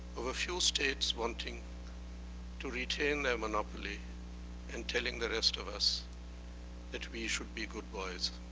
of a few states wanting to retain their monopoly and telling the rest of us that we should be good boys.